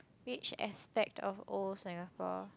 which aspect of old Singapore